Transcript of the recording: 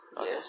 yes